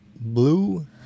Blue